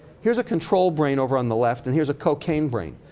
here's a control brain over on the left and here's a cocaine brain.